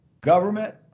government